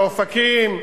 לאופקים,